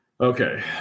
Okay